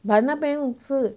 but 那边是